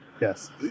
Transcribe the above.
Yes